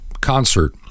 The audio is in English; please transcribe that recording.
concert